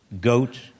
goat